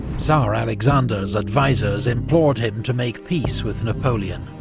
tsar alexander's advisors implored him to make peace with napoleon.